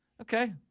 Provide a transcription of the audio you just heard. Okay